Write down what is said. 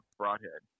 broadhead